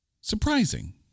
surprising